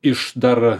iš dar